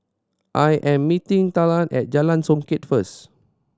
I am meeting Talan at Jalan Songket first